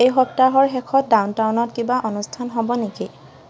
এই সপ্তাহৰ শেষত ডাউন টাউনত কিবা অনুষ্ঠান হ'ব নেকি